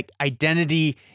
identity